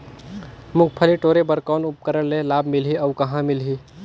मुंगफली टोरे बर कौन उपकरण ले लाभ मिलही अउ कहाँ मिलही?